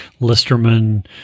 Listerman